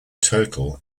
total